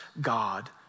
God